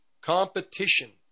competition